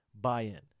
buy-in